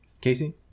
Casey